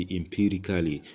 empirically